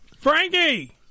Frankie